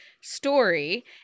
story